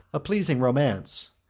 a pleasing romance,